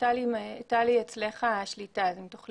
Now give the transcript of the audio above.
אני אספר